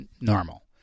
normal